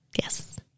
Yes